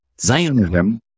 Zionism